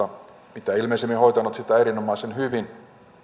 mitä ilmeisimmin hoitanut sitä erinomaisen hyvin